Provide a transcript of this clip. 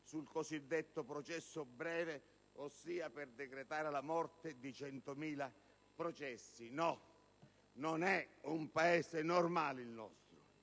sul cosiddetto processo breve, ossia per decretare la morte di 100.000 processi. No, non è un Paese normale il nostro!